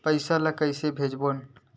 पईसा ला कइसे भेजबोन?